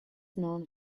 known